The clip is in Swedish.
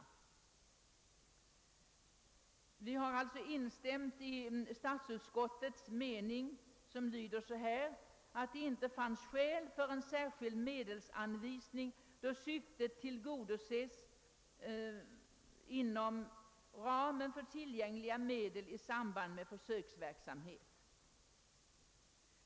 Vi har alltså instämt i statsutskottets uttalande, att det inte finns skäl för en särskild medelsanvisning då syftet tillgodoses inom ramen för tillgängliga medel i samband med denna försöksverksamhet.